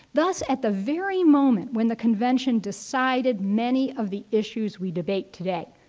thus, at the very moment, when the convention decided many of the issues we debate today,